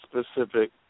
specific